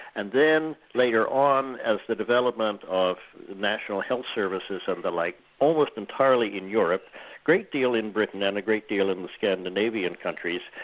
and then, later on, as the development of national health services and the like almost entirely in europe, a great deal in britain and a great deal in the scandinavian countries,